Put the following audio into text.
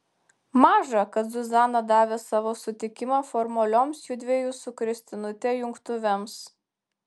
maža kad zuzana davė savo sutikimą formalioms judviejų su kristinute jungtuvėms